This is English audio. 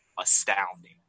astounding